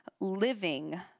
living